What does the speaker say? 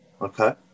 Okay